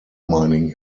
mining